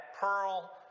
pearl